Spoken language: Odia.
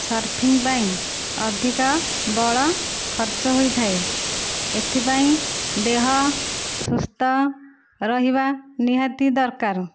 ସର୍ଫିଙ୍ଗ ପାଇଁ ଅଧିକା ବଳ ଖର୍ଚ୍ଚ ହୋଇଥାଏ ଏଥିପାଇଁ ଦେହ ସୁସ୍ଥ ରହିବା ନିହାତି ଦରକାର